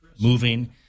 moving